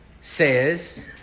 says